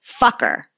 fucker